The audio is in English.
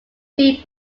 three